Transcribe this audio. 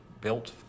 built